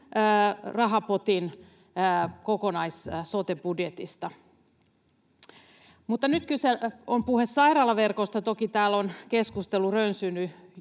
rahapotin kokonaissote-budjetista. Mutta nyt on puhe sairaalaverkosta. Toki täällä on keskustelu rönsynnyt